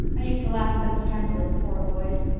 i used to laugh at them scandalous, poor boys.